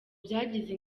byagize